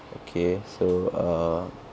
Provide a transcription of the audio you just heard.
okay so err